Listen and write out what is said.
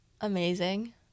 amazing